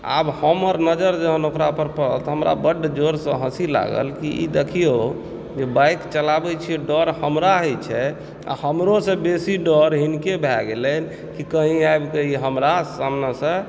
आब हमर नजर जखन ओकरा पर पड़ल तऽ हमरा बड्ड जोरसँ हँसी लागल कि ई देखिऔ जे बाइक चलाबय छै डर हमरा होइ छै आओर हमरोसँ बेसी डर हिनके भए गेलनि कि कहीं आबिके ई हमरा सामनेसँ